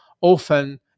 often